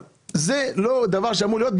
אבל זה לא דבר שאמור להיות,